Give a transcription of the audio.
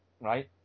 right